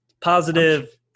Positive